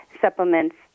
supplements